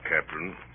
Captain